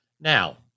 Now